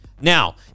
Now